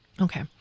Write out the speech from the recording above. Okay